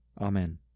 Amen